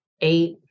eight